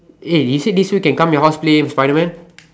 eh you said this week can come your house play Spiderman